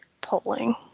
polling